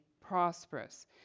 prosperous